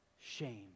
shame